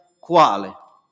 quale